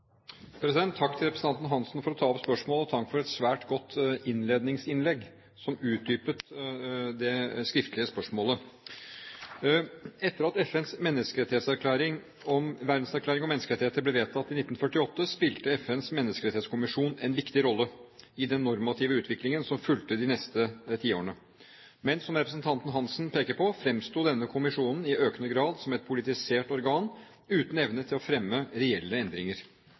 utdypet det skriftlige spørsmålet. Etter at FNs verdenserklæring om menneskerettigheter ble vedtatt i 1948, spilte FNs menneskerettighetskommisjon en viktig rolle i den normative utviklingen som fulgte i de neste tiårene. Men, som representanten Hansen peker på, fremsto denne kommisjonen i økende grad som et politisert organ uten evne til å fremme reelle endringer.